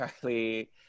Charlie